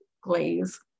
glaze